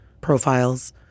profiles